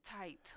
tight